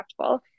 impactful